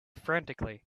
frantically